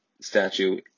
statue